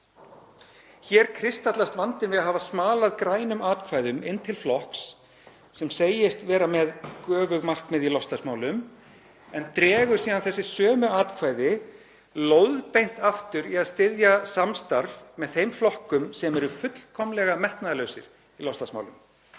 Hér kristallast vandinn við það að hafa smalað grænum atkvæðum inn til flokks sem segist vera með göfug markmið í loftslagsmálum, en dregur síðan þessi sömu atkvæði lóðbeint aftur í að styðja samstarf með þeim flokkum sem eru fullkomlega metnaðarlausir í loftslagsmálum.